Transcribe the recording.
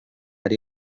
ari